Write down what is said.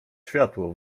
światło